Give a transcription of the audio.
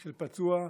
של פצוע,